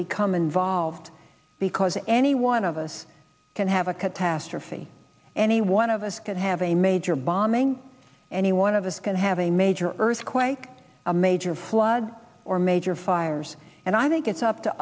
become involved because any one of us can have a catastrophe any one of us can have a major bombing any one of us can have a major earthquake a major flood or major fires and i think it's up to